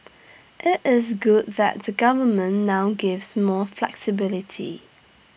IT is good that the government now gives more flexibility